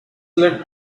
led